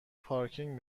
پارکینگ